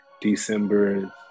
December